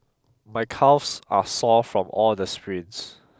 my calves are sore from all the sprints